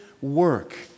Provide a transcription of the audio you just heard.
work